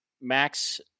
Max